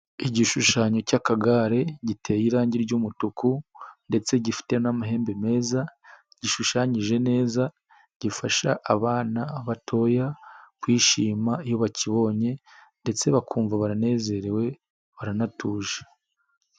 Igishushanyo cy'akagare giteye irangi ry'umutuku ndetse gifite n'amahembe meza, gishushanyije neza gifasha abana batoya kwishima iyo bakibonye ndetse bakumva baranezerewe, baranatuje.